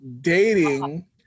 dating